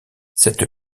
cette